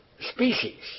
species